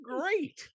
great